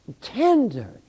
tender